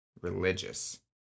religious